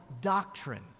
doctrine